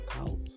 out